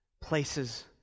places